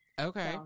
okay